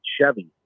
Chevy